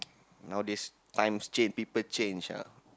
nowadays times change people change ah